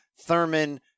Thurman